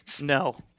No